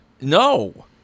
No